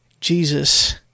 Jesus